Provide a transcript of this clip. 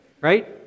right